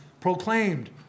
proclaimed